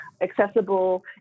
accessible